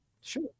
Sure